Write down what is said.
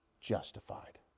justified